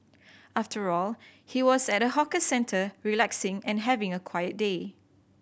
after all he was at a hawker centre relaxing and having a quiet day